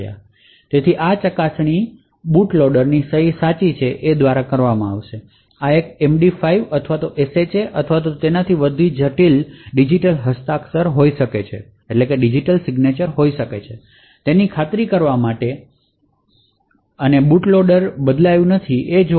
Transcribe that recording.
તે આ ચકાસણી કરશે કે તે બૂટ લોડરની સહી સાચી છે તેથી આ એક MD5 અથવા SHA અથવા તેથી વધુ જટિલ ડિજિટલ હસ્તાક્ષરો હોઈ શકે છે તેની ખાતરી કરવા માટે કે બૂટ લોડર બદલવામાં આવ્યૂ નથી અથવા તેની સાથે ચેડા કરવામાં આવી નથી